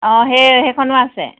অ সেই সেইখনো আছে